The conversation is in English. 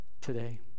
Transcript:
today